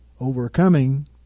Overcoming